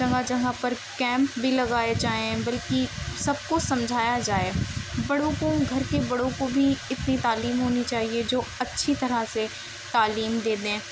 جگہ جگہ پر کیمپ بھی لگائے جائیں بلکہ سب کو سمجھایا جائے بڑوں کو گھر کے بڑوں کو بھی اتنی تعلیم ہونی چاہیے جو اچھی طرح سے تعلیم دے دیں